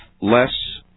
less